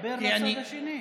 דבר לצד השני.